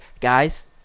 guys